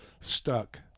stuck